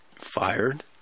fired